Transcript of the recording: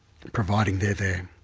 providing they're there.